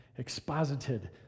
exposited